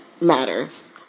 matters